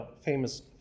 famous